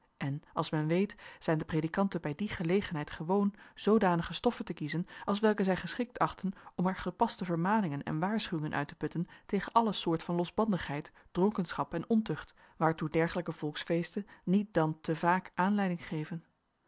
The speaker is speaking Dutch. en als men weet zijn de predikanten bij die gelegenheid gewoon zoodanige stoffen te kiezen als welke zij geschikt achten om er gepaste vermaningen en waarschuwingen uit te putten tegen alle soort van losbandigheid dronkenschap en ontucht waartoe dergelijke volksfeesten niet dan te vaak aanleiding geven